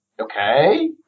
Okay